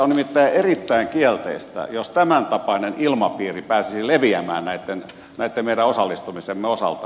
on nimittäin erittäin kielteistä jos tämäntapainen ilmapiiri pääsisi leviämään näitten meidän osallistumistemme osalta